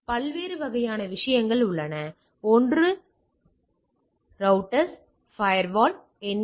எனவே பல்வேறு வகையான விஷயங்கள் உள்ளன ஒன்று உங்கள் ரௌட்டர்ஸ் ஃபயர்வால் அல்லது NAT